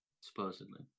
Supposedly